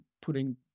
putting